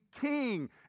king